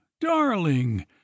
darling